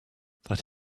that